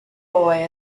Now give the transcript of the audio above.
boy